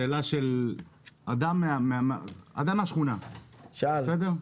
שאלה של אדם מהשכונה, בסדר?